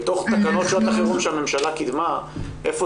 בתוך תקנות שעות החירום שהממשלה קידמה איפה